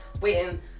waiting